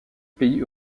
pays